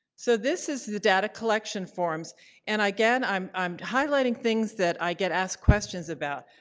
so this is the data collection forms and again i'm i'm highlighting things that i get asked questions about.